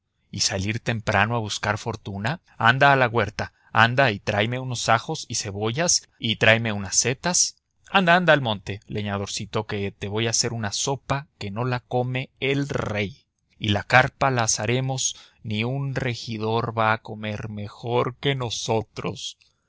y salir temprano a buscar fortuna anda a la huerta anda y tráeme unos ajos y cebollas y tráeme unas setas anda anda al monte leñadorcito que te voy a hacer una sopa que no la come el rey y la carpa la asaremos ni un regidor va a comer mejor que nosotros